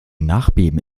nachbeben